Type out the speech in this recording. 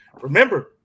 Remember